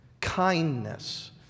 kindness